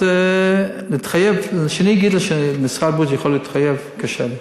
אז להגיד לך שמשרד הבריאות יכול להתחייב קשה לי,